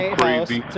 crazy